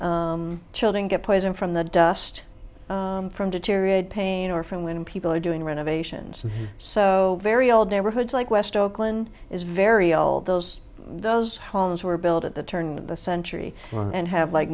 children get poisoned from the dust from deteriorated pain or from when people are doing renovations so very old neighborhoods like west oakland is very old those those homes were built at the turn of the century and have like